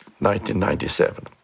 1997